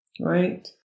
right